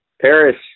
Paris